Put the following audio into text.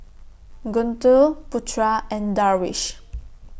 Guntur Putra and Darwish